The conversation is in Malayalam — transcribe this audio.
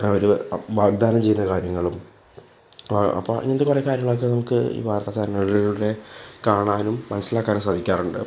അവർ വാഗ്ദാനം ചെയ്ത കാര്യങ്ങളും ആ അപ്പോൾ ഇങ്ങനത്തെ കുറേ കാര്യങ്ങൾ ഒക്കെ നമുക്ക് വാർത്താ ചാനലിലും കാണാനും മനസ്സിലാക്കാനും സാധിക്കാറുണ്ട്